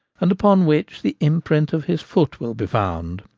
and upon which the imprint of his foot will be found,